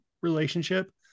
relationship